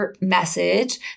message